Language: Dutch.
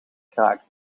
kraakt